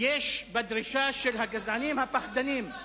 יש בדרישה של הגזענים הפחדנים.